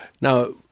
Now